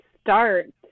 start